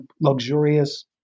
luxurious